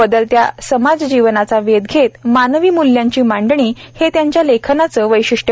बदलत्या समाजजीवनाचा वेध घेत मानवी मूल्यांची मांडणी हे त्यांच्या लेखनाचं वैशिष्ट्य